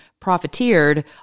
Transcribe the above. profiteered